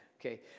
Okay